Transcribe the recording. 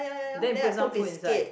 then you put some food inside